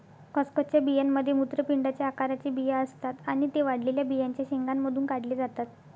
खसखसच्या बियांमध्ये मूत्रपिंडाच्या आकाराचे बिया असतात आणि ते वाळलेल्या बियांच्या शेंगांमधून काढले जातात